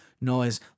Noise